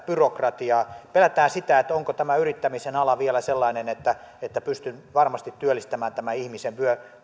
byrokratiaa pelätään sitä onko tämä yrittämisen ala vielä sellainen että että pystyn varmasti työllistämään tämän ihmisen